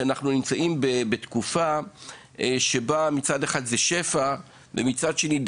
שאנחנו נמצאים בתקופה שבה מצד אחד יש שפע ומצד שני,